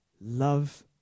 Love